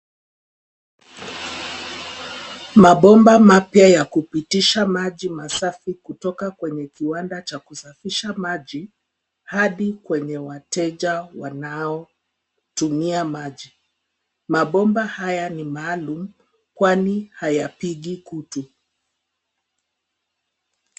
Mabomba mapya ya kupitisha maji masafi, kutoka kwenye kiwanda cha kusafisha maji, hadi kwenye wateja wanaotumia maji. Mabomba haya ni maalumu, kwani hayapigi kutu.